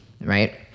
right